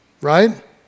right